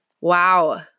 Wow